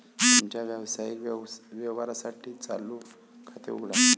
तुमच्या व्यावसायिक व्यवहारांसाठी चालू खाते उघडा